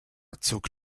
zog